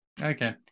Okay